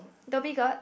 Dhoby-Ghaut